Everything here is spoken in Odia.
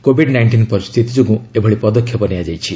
କୋଭିଡ୍ ନାଇଷ୍ଟିନ୍ ପରିସ୍ଥିତି ଯୋଗୁଁ ଏଭଳି ପଦକ୍ଷେପ ନିଆଯାଇଛି